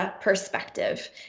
perspective